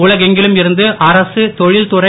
உலகெங்கிலும் இருந்து அரக தொழில்துறை